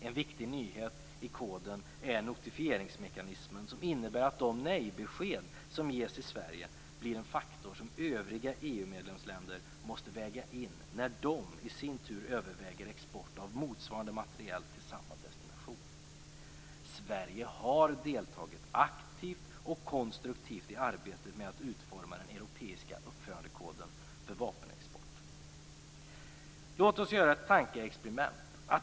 En viktig nyhet i koden är notifieringsmekanismen, som innebär att de nej-besked som ges i Sverige blir en faktor som övriga EU medlemsländer måste väga in när de i sin tur överväger export av motsvarande materiel till samma destination. Sverige har deltagit aktivt och konstruktivt till arbetet med att utforma den europeiska uppförandekoden för vapenexport. Låt oss göra ett tankeexperiment.